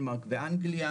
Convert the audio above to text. על התחום של הפרעות האכילה,